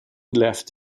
left